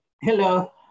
Hello